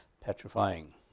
petrifying